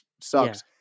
sucks